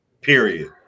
Period